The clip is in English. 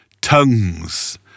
Tongues